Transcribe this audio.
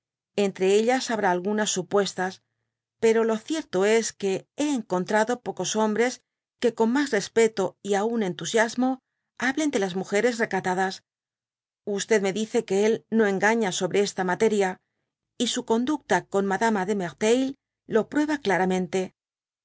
entre ellas hsam alfuna supuestas pero lo cierto es que hé encontrado pocos liom bres que con mas respeta y aua entusiasmo y hablen de las múgeres recatadas me dice qne él no engaña sobre esta materia y su con ducta con madama de merteuil lo pruim gafamente